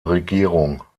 regierung